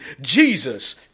Jesus